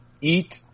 eat